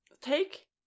Take